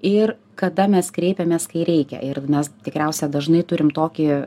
ir kada mes kreipiamės kai reikia ir mes tikriausiai dažnai turim tokį